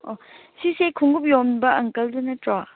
ꯑꯣ ꯁꯤꯁꯦ ꯈꯣꯡꯎꯞ ꯌꯣꯟꯕ ꯑꯪꯀꯜꯗꯨ ꯅꯠꯇ꯭ꯔꯣ